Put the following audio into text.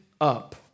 up